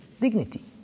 dignity